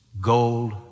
gold